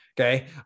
Okay